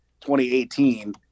2018